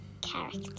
character